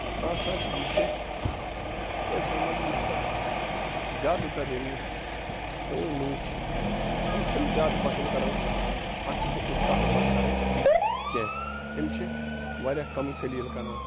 سُہ ہَسا چھِ یہِ کہِ کٲشرٮ۪ن منٛز یِم ہَسا زیادٕ تَر یِمہٕ پرٛٲنۍ لوٗکھ چھِ یِم چھِنہٕ زیادٕ پَسنٛد کَران اکھ أکِس سۭتۍ کَتھ باتھ کَرٕنۍ کینٛہہ یِم چھِ واریاہ کَم قلیٖل کَران